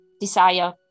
desire